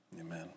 Amen